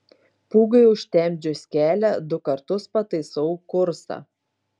pūgai užtemdžius kelią du kartus pataisau kursą